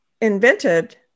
invented